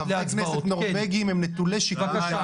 חברי כנסת נורבגים הם נטולי שיקול דעת,